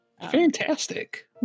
Fantastic